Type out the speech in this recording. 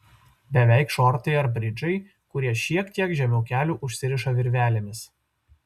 beveik šortai ar bridžai kurie šiek tiek žemiau kelių užsiriša virvelėmis